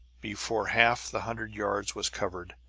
before half the hundred yards was covered,